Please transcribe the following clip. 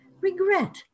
regret